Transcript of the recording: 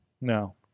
No